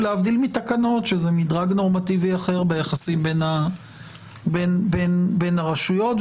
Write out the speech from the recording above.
להבדיל מתקנות שזה מדרג נורמטיבי אחר ביחסים בין הרשויות,